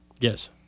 Yes